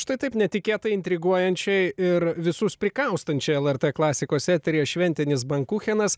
štai taip netikėtai intriguojančiai ir visus prikaustančia lrt klasikos eteryje šventinis bankuchenas